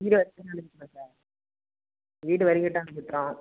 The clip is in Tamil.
வீடு வீடு வரைக்கும் இட்டாந்து விட்டுரும்